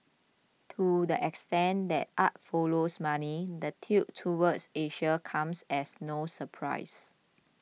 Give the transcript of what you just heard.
to the extent that art follows money the tilt toward Asia comes as no surprise